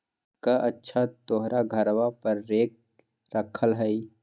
कअच्छा तोहर घरवा पर रेक रखल हई?